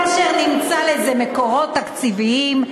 כאשר נמצא לזה מקורות תקציביים,